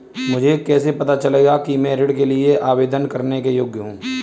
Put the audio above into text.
मुझे कैसे पता चलेगा कि मैं ऋण के लिए आवेदन करने के योग्य हूँ?